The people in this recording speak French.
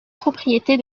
propriété